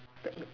fat bird